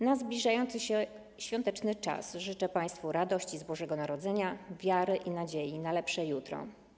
Na zbliżający się świąteczny czas życzę państwu radości z Bożego Narodzenia, wiary i nadziei na lepsze jutro.